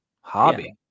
hobby